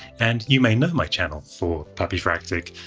and you may know my channel for puppyfractic,